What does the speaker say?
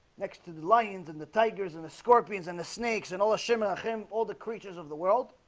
next to the lions and the tigers and the scorpions and the snakes and all the shimma of him all the creatures of the world